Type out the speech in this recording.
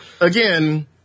Again